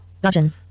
button